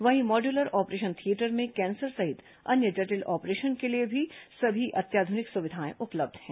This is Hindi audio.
वहीं मॉडयूलर ऑपरेशन थियेटर में कैंसर सहित अन्य जटिल ऑपरेशन के लिए सभी अत्याधुनिक सुविधाएं उपलब्ध हैं